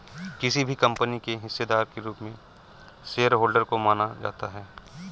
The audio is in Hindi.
किसी भी कम्पनी के हिस्सेदार के रूप में शेयरहोल्डर को माना जाता है